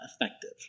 effective